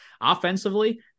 Offensively